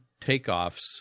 takeoffs